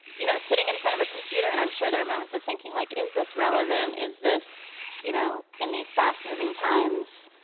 you know, sitting in front of a computer, and i'm sure there are moments of thinking, like, is this relevant, is this, you know, in these fast moving times,